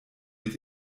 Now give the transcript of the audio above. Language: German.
mit